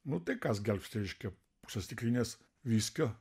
nu tai kas gelbsti reiškia pusė stiklinės viskio